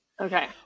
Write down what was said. Okay